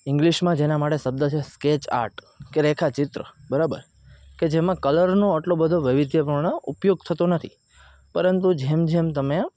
ઈંગ્લીશમાં જેના માટે શબ્દ છે સ્કેચ આર્ટ કે રેખા ચિત્ર બરાબર કે જેમાં કલરનો આટલો બધો વૈવિધ્યપૂર્ણ ઉપયોગ થતો નથી પરંતુ જેમ જેમ તમે